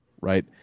right